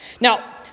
Now